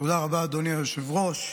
תודה רבה, אדוני היושב-ראש.